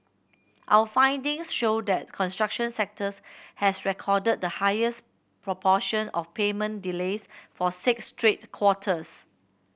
our findings show that the construction sectors has recorded the highest proportion of payment delays for six straight quarters